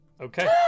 okay